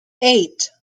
eight